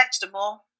vegetable